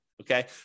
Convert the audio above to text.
Okay